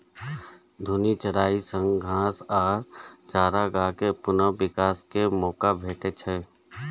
घूर्णी चराइ सं घास आ चारागाह कें पुनः विकास के मौका भेटै छै